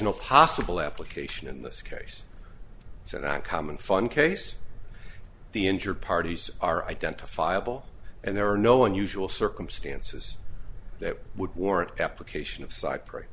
no possible application in this case so not common fun case the injured parties are identifiable and there are no unusual circumstances that would warrant application of